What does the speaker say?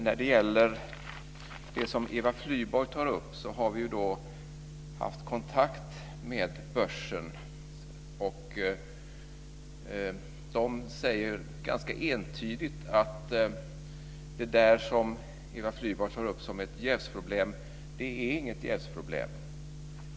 När det gäller det som Eva Flyborg tar upp har vi haft kontakt med börsen. Där säger man ganska entydigt att det som Eva Flyborg tar upp som ett jävsproblem inte är något jävsproblem.